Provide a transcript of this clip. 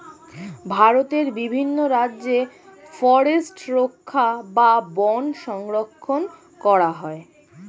ভারতের বিভিন্ন রাজ্যে ফরেস্ট রক্ষা বা বন সংরক্ষণ করা হয়